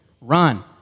Run